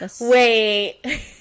wait